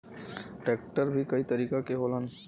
tractor भी कई तरह के होलन